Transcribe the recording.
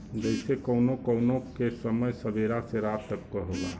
जइसे कउनो कउनो के समय सबेरा से रात तक क होला